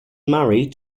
married